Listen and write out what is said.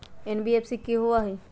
NBFC कि होअ हई?